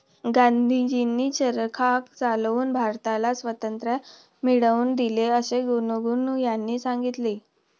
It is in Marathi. गांधीजींनी चरखा चालवून भारताला स्वातंत्र्य मिळवून दिले असे गुनगुन यांनी सांगितले